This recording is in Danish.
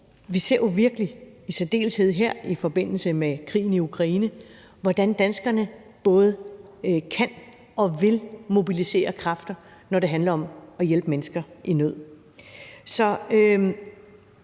vi ser jo i særdeleshed her i forbindelse med krigen i Ukraine, hvordan danskerne både kan og vil mobilisere kræfter, når det virkelig handler om at hjælpe mennesker i nød.